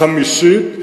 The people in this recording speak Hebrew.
חמישית.